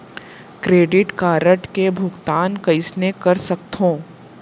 Credit card के भुगतान कईसने कर सकथो?